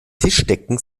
tischdecken